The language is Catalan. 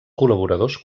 col·laboradors